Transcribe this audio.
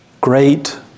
great